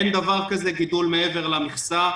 אין דבר כזה גידול מעבר למכסה.